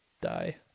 die